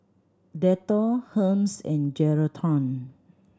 Dettol Hermes and Geraldton